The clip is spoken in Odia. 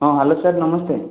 ହଁ ହ୍ୟାଲୋ ସାର୍ ନମସ୍ତେ